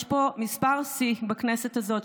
יש פה מספר שיא בכנסת הזאת,